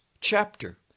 chapter